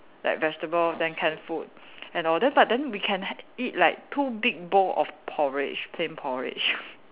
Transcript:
like vegetables then canned food and all that but then we can eat like two big bowl of porridge plain porridge